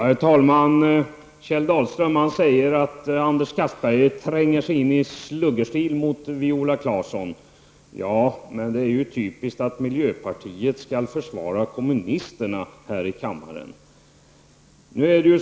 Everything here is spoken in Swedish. Herr talman! Kjell Dahlström sade: Anders Castberger tränger sig in i sluggerstil mot Viola Claesson. Ja, det är typiskt att miljöpartiet skall försvara kommunisterna här i kammaren.